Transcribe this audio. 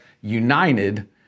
united